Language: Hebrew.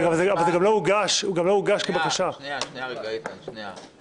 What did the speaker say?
גם לנו יש הצעה, שאני חושב שהיא אולי בדרך.